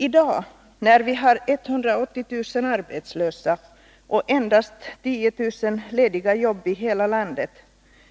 I dag, när vi har 180 000 arbetslösa och endast 10 000 lediga jobb i hela landet,